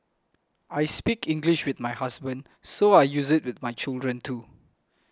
I speak English with my husband so I use it with my children too